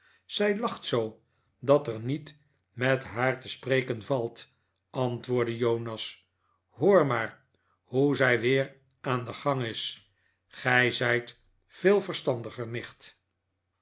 zij lacht zoo dat er niet met haar te spreken valt antwoordde jonas hoor maar hoe zij weer aan den gang is gij zijt veel verstandiger nicht